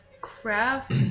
Craft